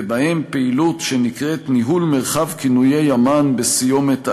ובהם פעילות שנקראת ניהול מרחב כינוי המען בסיומת il,